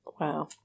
wow